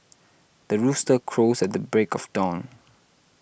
the rooster crows at the break of dawn